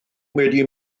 wedi